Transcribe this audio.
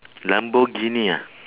lamborghini ah